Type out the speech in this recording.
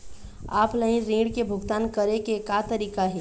Offline ऋण के भुगतान करे के का तरीका हे?